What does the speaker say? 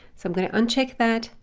so i'm going to uncheck that,